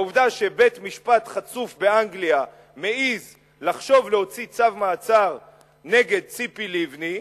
העובדה שבית-משפט חצוף באנגליה מעז לחשוב להוציא צו מעצר נגד ציפי לבני,